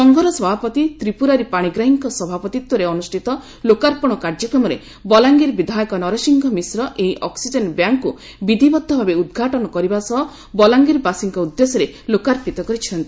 ସଂଘର ସଭାପତି ତ୍ରିପୁରାରୀ ପାଶିଗ୍ରାହୀଙ୍କ ସଭାପତିତ୍ୱରେ ଅନୁଷିତ ଲୋକାର୍ପଣ କାର୍ଯ୍ୟକ୍ରମରେ ବଲାଙ୍ଗୀର ବିଧାୟକ ନରସିଂହ ମିଶ୍ର ଏହି ଅକ୍ନିଜେନ ବ୍ୟାଙ୍କକୁ ବିଧିବଦ୍ଧଭାବେ ଉଦ୍ଘାଟନ କରିବା ସହ ବଲାଙ୍ଗୀରବାସୀଙ୍କ ଉଦ୍ଦେଶ୍ୟରେ ଲୋକାର୍ପିତ କରିଛନ୍ତି